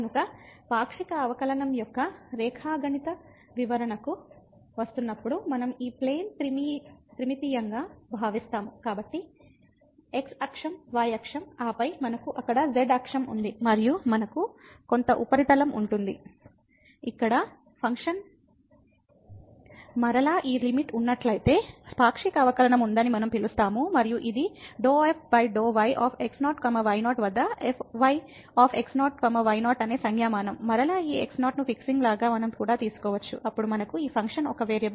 కాబట్టి పాక్షిక అవకలనంయొక్క రేఖాగణిత వివరణకు వస్తున్నప్పుడు మనం ఈ ప్లేన్ త్రిమితీయంగా భావిస్తాము